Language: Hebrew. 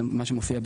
זה מה שמופיע בדו"ח.